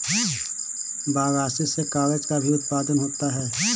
बगासी से कागज़ का भी उत्पादन होता है